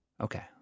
Okay